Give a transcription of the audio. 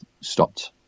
stopped